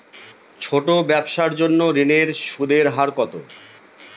ছোট ব্যবসার জন্য ঋণের সুদের হার কত?